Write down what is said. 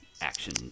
action